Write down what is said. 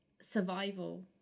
survival